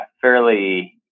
fairly